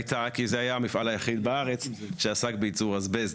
הייתה כי זה היה המפעל היחיד בארץ שעסק בייצור אסבסט.